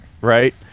right